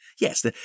Yes